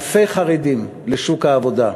אלפי חרדים לשוק העבודה,